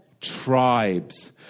tribes